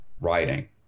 writing